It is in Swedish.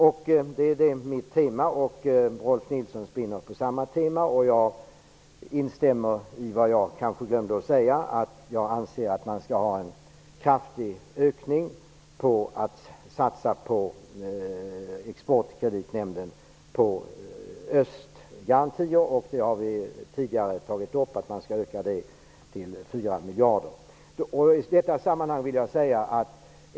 Detta är också mitt tema som även Rolf L Nilson spinner på. Jag anser att man kraftigt skall öka satsningarna på Exportkreditnämnden när det gäller östgarantier. Vi har tidigare tagit upp att dessa bör ökas till 4 miljarder.